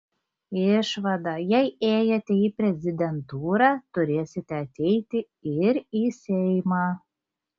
išvada jei ėjote į prezidentūrą turėsite ateiti ir į seimą